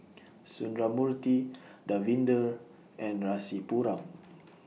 Sundramoorthy Davinder and Rasipuram